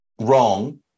wrong